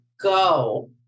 go